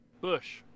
Bush